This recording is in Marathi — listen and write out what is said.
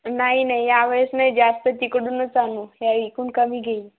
नाही नाही या वेळेस नाही जास्त तिकडूनच आणू ह्या इकडून कमी घेईन